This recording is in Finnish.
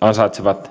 ansaitsevat